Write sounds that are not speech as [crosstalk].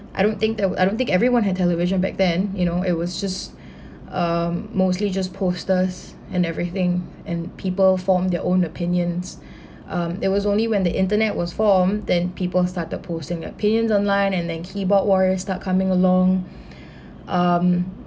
I don't think that would I don't think everyone had television back then you know it was just [breath] um mostly just posters and everything and people form their own opinions um it was only when the internet was formed than people started posting opinions online and then keyboard warriors start coming along [breath] um